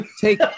take